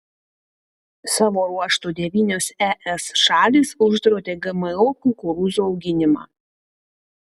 savo ruožtu devynios es šalys uždraudė gmo kukurūzų auginimą